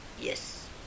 Yes